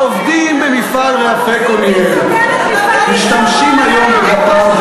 העובדים במפעל "רעפי קוניאל" משתמשים היום בגפ"מ,